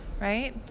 right